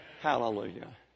Hallelujah